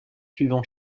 suivant